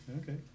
Okay